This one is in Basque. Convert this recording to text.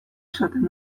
esaten